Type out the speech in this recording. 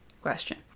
question